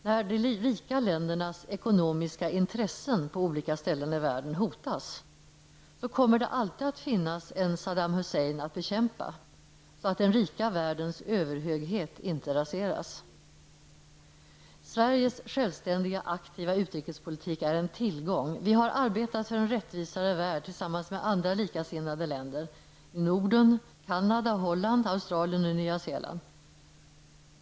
När de rika ländernas ekonomiska intressen på olika ställen i världen hotas, kommer det alltid att finnas en Saddam Hussein att bekämpa, så att inte den rika världens överhöghet raseras. Sveriges självständiga och aktiva utrikespolitik är en tillgång. Vi har arbetat för en rättvisare värld tillsammans med andra likasinnade länder, t.ex. Zeeland.